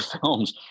films